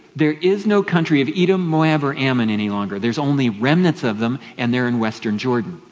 there is no country of edom, moab or ammon any longer. there's only remnants of them, and they're in western jordan.